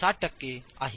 7 टक्के आहे